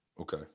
Okay